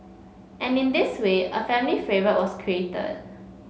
and in this way a family favourite was created